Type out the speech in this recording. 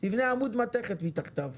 תבנה עמוד מתכת מתחתיו.